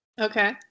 Okay